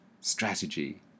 strategy